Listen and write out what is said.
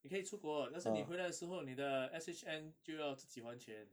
你可以出国 let's say 你回来时候你的 S_H_N 就要自己还钱